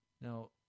Now